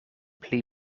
pli